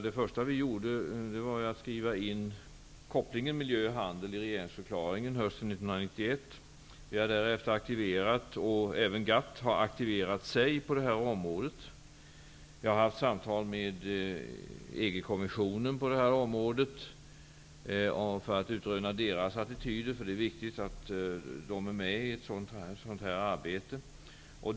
Det första vi gjorde var att skriva in kopplingen miljö och handel i regeringsförklaringen hösten 1991. Vi har därefter aktiverat oss och även GATT har aktiverat sig på det här området. Jag har haft samtal med EG kommissionens medlemmar för att utröna deras attityder. Det är viktigt att de är med i ett sådant här arbete.